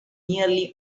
nearly